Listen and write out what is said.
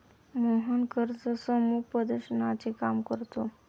मोहन कर्ज समुपदेशनाचे काम करतो